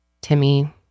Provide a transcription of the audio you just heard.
Timmy